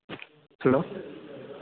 hello